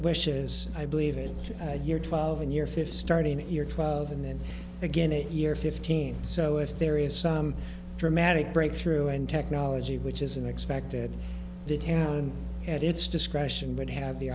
wishes i believe in year twelve and your fifth starting at year twelve and then again it year fifteen so if there is some dramatic breakthrough in technology which isn't expected the town at its discretion would have the